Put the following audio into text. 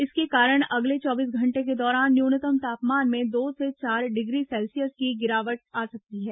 इसके कारण अगले चौबीस घंटे के दौरान न्यूनतम तापमान में दो से चार डिग्री सेल्सियस की गिरावट आ सकती है